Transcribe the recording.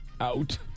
Out